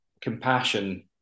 compassion